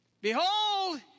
behold